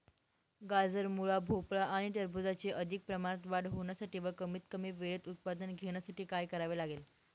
गाजर, मुळा, भोपळा आणि टरबूजाची अधिक प्रमाणात वाढ होण्यासाठी व कमीत कमी वेळेत उत्पादन घेण्यासाठी काय करावे लागेल?